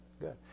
good